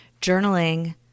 journaling